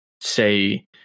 say